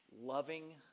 loving